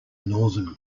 northern